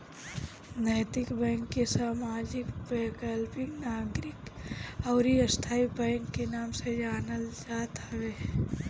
नैतिक बैंक के सामाजिक, वैकल्पिक, नागरिक अउरी स्थाई बैंक के नाम से जानल जात हवे